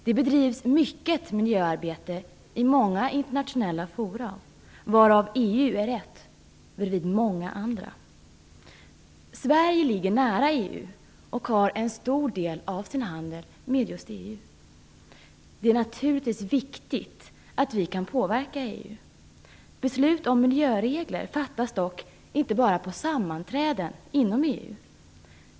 Det bedrivs mycket miljöarbete i många internationella fora, varav EU är ett bredvid många andra. Sverige ligger nära EU och har en stor del av sin handel med just EU. Det är naturligtvis viktigt att vi kan påverka EU. Beslut om miljöregler fattas dock inte bara på sammanträden inom EU.